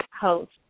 host